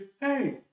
hey